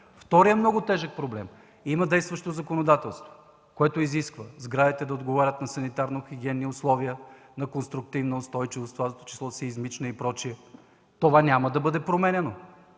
Вторият много тежък проблем. Има действащо законодателство, което изисква сградите да отговарят на санитарно-хигиенни условия, на конструктивна устойчивост, в това число сеизмична, и прочие. Това няма да бъде променяно.